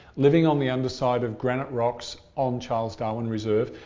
living on the underside of granite rocks on charles darwin reserve.